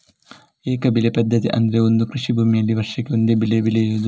ಏಕ ಬೆಳೆ ಪದ್ಧತಿ ಅಂದ್ರೆ ಒಂದು ಕೃಷಿ ಭೂಮಿನಲ್ಲಿ ವರ್ಷಕ್ಕೆ ಒಂದೇ ಬೆಳೆ ಬೆಳೆಯುದು